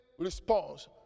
response